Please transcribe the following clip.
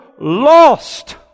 lost